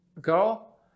girl